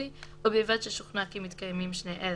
(ב)על אף האמור בתקנת משנה (א),